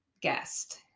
guest